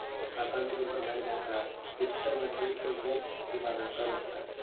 काकानु तुमका माहित हा काय वित्त मंत्रित्व मोप विभागांका बघता